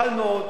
קל מאוד.